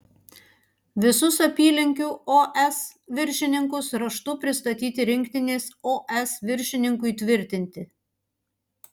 visus apylinkių os viršininkus raštu pristatyti rinktinės os viršininkui tvirtinti